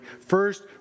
First